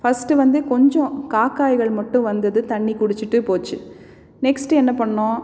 first வந்து கொஞ்சம் காக்காய்கள் மட்டும் வந்தது தண்ணி குடிச்சுட்டு போச்சு நெக்ஸ்ட்டு என்ன பண்ணோம்